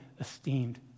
esteemed